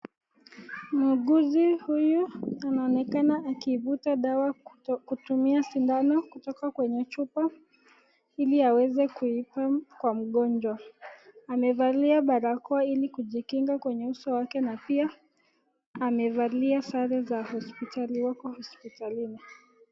Mwuguzi huyu anaonekana akifuta dawa akitumia sindano kutoka kwenye chupa ili aweze kuitibu kwa mgonjwa amevalia parakoa ili kujinga kwenye uso wake na pia amevalia sare za hospitali, wako hospitalini.